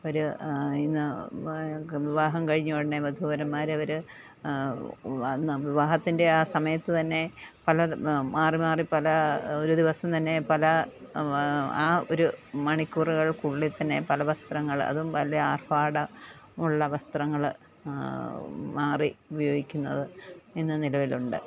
ഒരു ഇന്ന് വിവാഹം കഴിഞ്ഞ ഉടനെ വധൂവരന്മാരവർ വിവാഹത്തിൻ്റെ ആ സമയത്ത് തന്നെ പലത് മാറി മാറി പല ഒരു ദിവസം തന്നെ പല ആ ഒരു മണിക്കൂറുകൾക്കുള്ളിൽ തന്നെയും പല വസ്ത്രങ്ങൾ അതും വലിയ ആർഭാട മുള്ള വസ്ത്രങ്ങൾ മാറി ഉപയോഗിക്കുന്നത് ഇന്ന് നിലവിലുണ്ട്